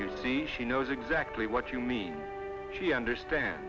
you see she knows exactly what you mean she understand